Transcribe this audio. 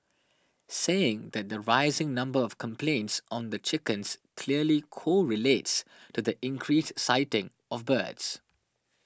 saying that the rising number of complaints on the chickens clearly correlates to the increased sighting of birds